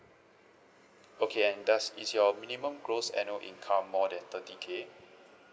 okay and does is your minimum gross annual income more than thirty K